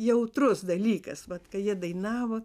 jautrus dalykas vat kai jie dainavo